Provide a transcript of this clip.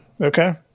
Okay